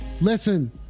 Listen